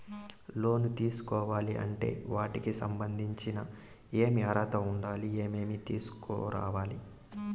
లోను తీసుకోవాలి అంటే వాటికి సంబంధించి ఏమి అర్హత ఉండాలి, ఏమేమి తీసుకురావాలి